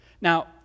Now